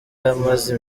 amaze